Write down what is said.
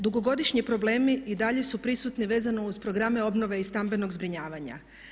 Dugogodišnji problemi i dalje su prisutni vezano uz programe obnove i stambenog zbrinjavanja.